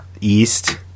east